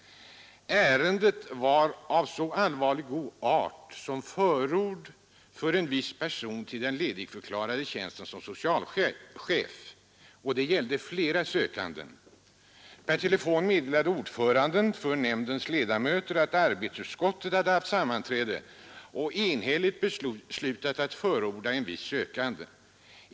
Ärendet var av så allvarlig art som förord för en viss person till den ledigförklarade tjänsten som socialchef. Det gällde flera sökande. Per telefon meddelade ordföranden nämndens ledamöter att arbetsutskottet haft sammanträde och enhälligt beslutat att förorda en viss sökande.